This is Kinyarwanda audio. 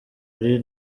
ari